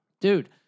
Dude